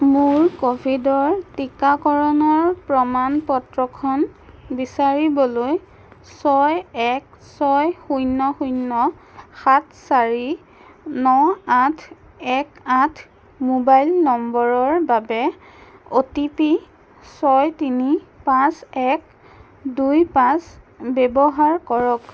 মোৰ ক'ভিডৰ টীকাকৰণৰ প্ৰমাণ পত্ৰখন বিচাৰিবলৈ ছয় এক ছয় শূণ্য শূণ্য সাত চাৰি ন আঠ এক আঠ মোবাইল নম্বৰৰ বাবে অ'টিপি ছয় তিনি পাঁচ এক দুই পাঁচ ব্যৱহাৰ কৰক